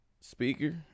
speaker